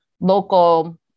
local